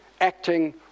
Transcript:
acting